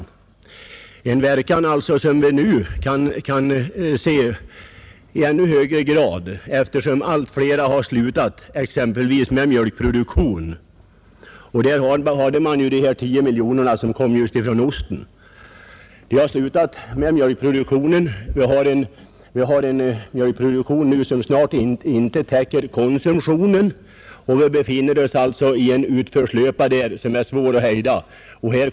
Denna verkan kan vi nu se i ännu högre grad än tidigare eftersom allt fler har slutat med exempelvis mjölkpro duktion — och det förklarar minskningen på 10 miljoner kronor när det gäller ostförsäljningen. Vår mjölkproduktion täcker snart inte konsumtionen. Vi befinner oss här i en utförslöpa, och det är svårt att hejda utvecklingen.